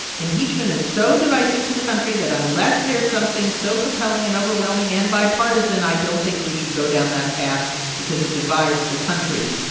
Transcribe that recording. impeachment is so divisive to the country that unless there's something so compelling and overwhelming and bipartisan, i don't think we should go down that path because it divides the country.